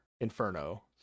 inferno